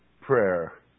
Prayer